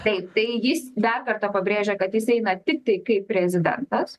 taip tai jis dar kartą pabrėžė kad jis eina tiktai kaip prezidentas